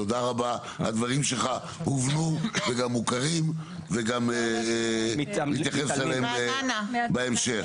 תודה רבה הדברים שלך הובנו וגם מוכרים ונתייחס אליהם בהמשך,